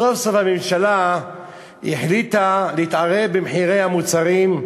סוף-סוף הממשלה החליטה להתערב במחירי המוצרים: